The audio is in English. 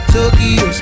Tokyo